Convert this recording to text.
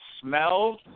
smells